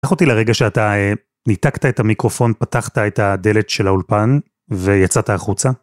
קח אותי לרגע שאתה ניתקת את המיקרופון, פתחת את הדלת של האולפן ויצאת החוצה.